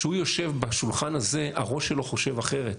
כשהוא יושב בשולחן הזה הראש שלו חושב אחרת,